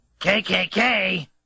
KKK